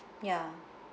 ya